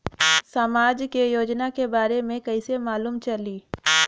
समाज के योजना के बारे में कैसे मालूम चली?